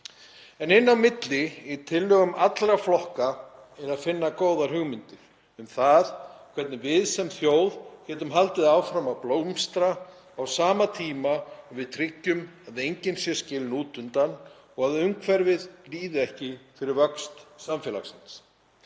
Inni á milli í tillögum allra flokka er að finna góðar hugmyndir um það hvernig við sem þjóð getum haldið áfram að blómstra á sama tíma og við tryggjum að enginn sé skilinn út undan og að umhverfið líði ekki fyrir vöxt samfélagsins.